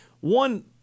one